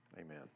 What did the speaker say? Amen